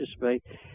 participate